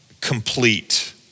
complete